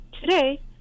Today